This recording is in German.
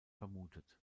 vermutet